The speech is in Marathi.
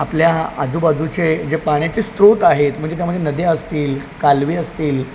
आपल्या आजूबाजूचे जे पाण्याचे स्रोत आहेत म्हणजे त्यामध्ये नद्या असतील कालवे असतील